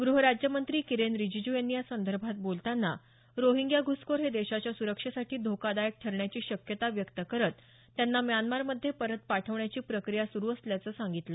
ग्रहराज्यमंत्री किरेन रिजिजू यांनी यासंदर्भात बोलताना रोहिंग्या घुसखोर हे देशाच्या सुरक्षेसाठी धोकादायक ठरण्याची शक्यता व्यक्त करत त्यांना म्यांमारमध्ये परत पाठवण्याची प्रक्रिया सुरू असल्याचं सांगितलं